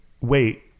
wait